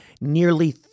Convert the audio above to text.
nearly